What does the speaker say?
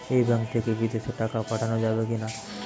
এই ব্যাঙ্ক থেকে বিদেশে টাকা পাঠানো যাবে কিনা?